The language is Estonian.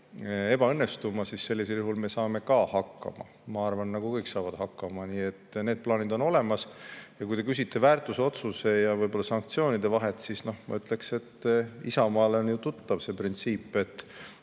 ebaõnnestuma. Ka sellisel juhul me saame hakkama, ma arvan, nagu kõik teisedki saavad hakkama. Nii et need plaanid on olemas. Ja kui te küsite väärtusotsuse ja sanktsioonide vahet, siis ma ütleksin, et Isamaale on ju tuttav see printsiip, et